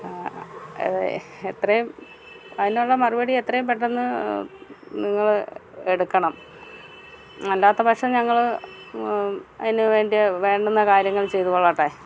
എത്രയും അതിനുള്ള മറുപടി എത്രയും പെട്ടെന്ന് നിങ്ങൾ എടുക്കണം അല്ലാത്തപക്ഷം ഞങ്ങൾ അതിനു വേണ്ടുന്ന വേണ്ടുന്ന കാര്യങ്ങൾ ചെയ്തു കൊള്ളട്ടെ